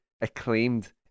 acclaimed